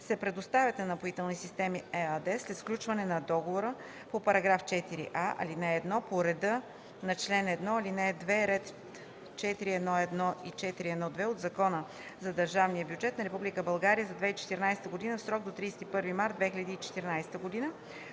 се предоставят на „Напоителни системи“ – ЕАД, след сключване на договора по § 4а, ал. 1 по реда на чл. 1, ал. 2, ред 4.1.1 и 4.1.2 от Закона за държавния бюджет на Република България за 2014 г. в срок до 31 март 2014 г.